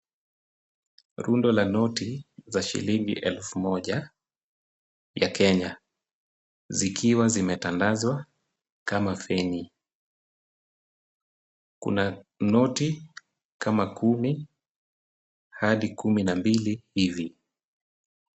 Rundo la noti za shilingi elfu moja ya Kenya zikiwa zimetandazwa kama feni, kuna noti kama kumi hadi kumi na mbili hivi.